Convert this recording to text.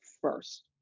first